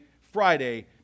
Friday